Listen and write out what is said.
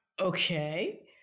Okay